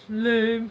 lame